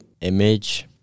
image